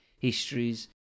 histories